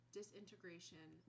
disintegration